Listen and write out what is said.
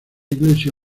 iglesia